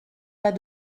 pas